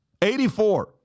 84